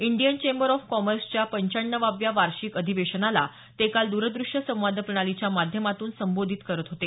Indian chamber of कॉमर्सच्या पंच्याण्णवाव्या वार्षिक अधिवेशनाला ते काल दूरदृष्य संवाद प्रणालीच्या माध्यमातून संबोधित करत होते